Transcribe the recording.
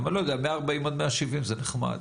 אבל אני לא יודע, 140 עד 170 זה נחמד.